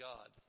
God